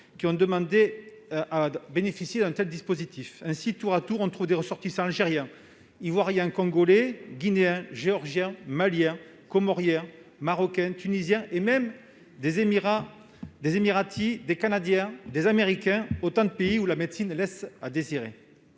ont demandé à bénéficier du dispositif. Ainsi, tour à tour, on trouve des ressortissants algériens, ivoiriens, congolais, guinéens, géorgiens, maliens, comoriens, marocains, tunisiens, mais aussi émiratis, canadiens, américains, des pays où la médecine ne laisse pas